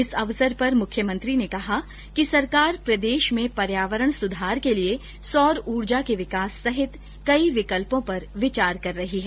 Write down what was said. इस अवसर पर मुख्यमंत्री ने कहा कि सरकार प्रदेश में पर्यावरण सुधार के लिये सोलर एनर्जी के विकास सहित कई विकल्पों पर विचार कर रही है